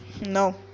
no